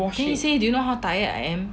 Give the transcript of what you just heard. then he said do you know how tired I am